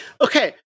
okay